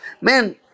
man